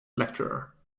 lecturer